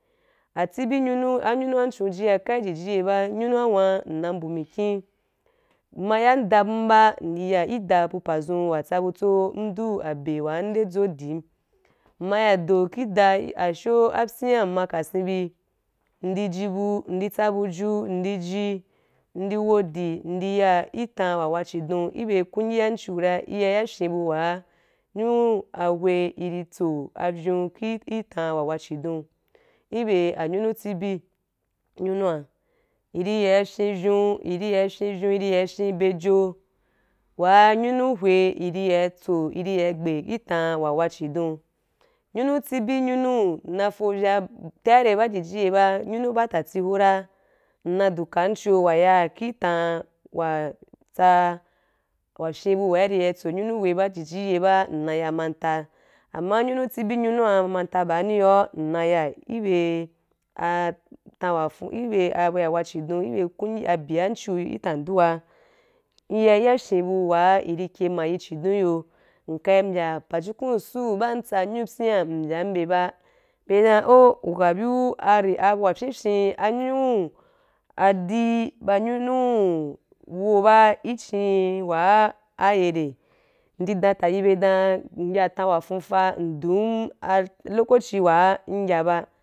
Atsibi nyunu anyunua nchu jia kai i jiji ye ba nyunu a hua nna mpu mikim mma ya da dumba indi ya da bu pa zun in ya tsa butso ndu abe wa nde tso dim mma ya do ki da ashou byan ma ka sen bi ndi yi abu indi tsa abuju indi ji indi wodi ndi ya ki tam wa wa chidon ki bya kungiya wa i chiu ra i ya i ya fyen wa nyunu a hweh i di tso avyou iita wa wa chi don ki be anyunu tsibi nyunua i ri ya fyen vyon i ri ya fyen vyon i ri ya fyen abe jo wa nyunu hweh i ri ya tso i ri ya gba i tan wa wa chidon nyunu tsibi nyunu nna o vya tea ra ba i jiji a ye ba anyunu batati hora nna du kam a cho wa ya ki tam wa tsaa wa fyen bu wa ya ki tam wa tsaa wa fyen bu wa i ya ri tso nyunu hweh ji ji ye ba ndi ya manta ama nyunu tsibi nyunu manta bani i yo nna ya kibe a tan wa fun i be atan wa wa chidon ki be kungi ki be abi wan chiu ki dan duar i ya i ya fyen bu wa i ri kye ma yi chi don ki yo nka ri mbya apajukun suu wa ntsa nwo byam mbyam be ba, be dan oh u ka biu reaa abu wa fyen fyen anyunu adii ba nyunu wo ba ki chin waa ki chin aye rai indi dan ka yi be dan in ya tam wa tunta ndum ah lokaci wa in ya ba.